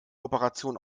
operation